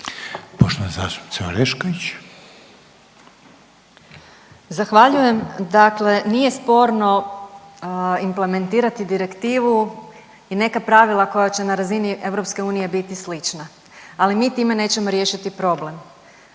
imenom i prezimenom)** Zahvaljujem. Dakle nije sporno implementirati direktivu i neka pravila koja će na razini EU biti slična, ali mi time nećemo riješiti problem.